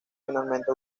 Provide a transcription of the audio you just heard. finalmente